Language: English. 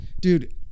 Dude